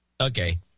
Okay